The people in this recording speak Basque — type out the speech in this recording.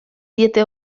diete